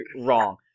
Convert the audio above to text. wrong